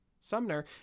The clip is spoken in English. Sumner